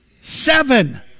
Seven